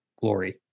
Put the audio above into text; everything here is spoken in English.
glory